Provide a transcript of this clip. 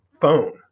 phone